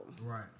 Right